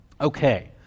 Okay